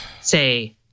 say